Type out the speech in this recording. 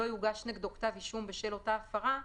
לא יוגש נגדו כתב אישום בשל אותה הפרה,